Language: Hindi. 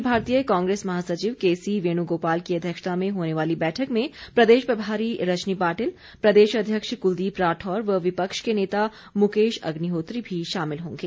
अखिल भारतीय कांग्रेस महासचिव केसी वेन्गोपाल की अध्यक्षता में होने वाली बैठक में प्रदेश प्रभारी रजनी पाटिल प्रदेश अध्यक्ष कुलदीप राठौर व विपक्ष के नेता मुकेश अग्निहोत्री भी शामिल होंगे